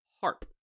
harp